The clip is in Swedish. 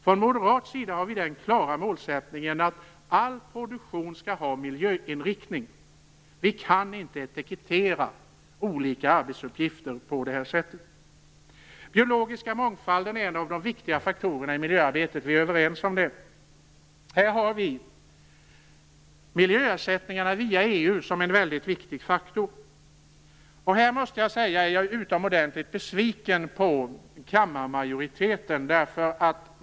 Från moderat sida har vi den klara målsättningen att all produktion skall ha miljöinriktning. Vi kan inte etikettera olika arbetsuppgifter på detta sätt. Den biologiska mångfalden är en av de viktiga faktorerna i miljöarbetet. Vi är överens om det. Miljöersättningarna via EU är en väldigt viktig faktor. Jag måste säga att jag är utomordentligt besviken på kammarmajoriteten.